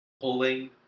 pulling